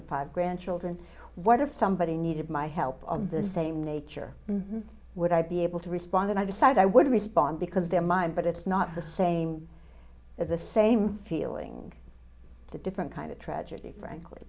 children five grandchildren what if somebody needed my help of the same nature would i be able to respond and i decided i would respond because they're mine but it's not the same as the same feeling the different kind of tragedy frankly